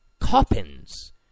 Coppins